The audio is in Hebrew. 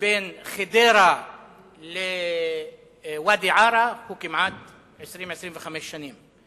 בין חדרה לוואדי-עארה הוא 20 25 שנים.